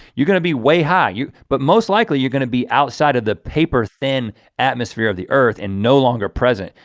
you're gonna be way high you but most likely, you're gonna be outside of the paper thin atmosphere of the earth and no longer present.